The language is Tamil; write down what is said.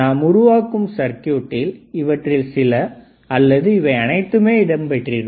நாம் உருவாக்கும் சர்க்யூட்டில் இவற்றில் சில அல்லது இவை அனைத்துமே இடம்பெற்றிருக்கும்